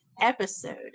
episode